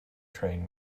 train